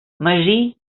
magí